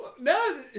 No